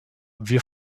wir